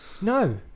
No